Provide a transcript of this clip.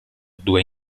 due